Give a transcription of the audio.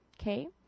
okay